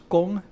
Kong